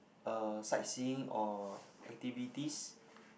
uh sightseeing or activities